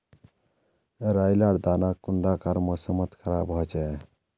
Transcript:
राई लार दाना कुंडा कार मौसम मोत खराब होचए?